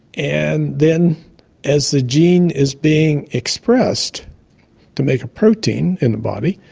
and then as the gene is being expressed to make a protein in the body,